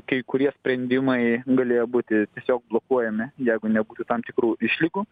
kai kurie sprendimai galėjo būti tiesiog blokuojami jeigu nebūtų tam tikrų išlygų